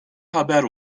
haber